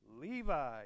Levi